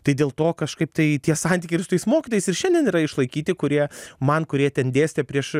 tai dėl to kažkaip tai tie santykiai ir su tais mokytojais ir šiandien yra išlaikyti kurie man kurie ten dėstė prieš